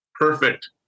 perfect